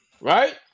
Right